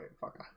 Fuck